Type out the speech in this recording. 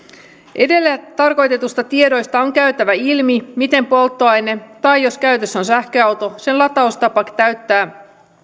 edellä tarkoitetuista tiedoista on käytävä ilmi miten polttoaine tai jos käytössä on sähköauto lataustapa täyttää